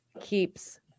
keeps